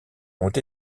ont